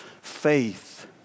faith